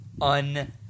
un